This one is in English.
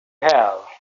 have